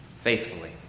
faithfully